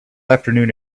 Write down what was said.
afternoon